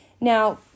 Now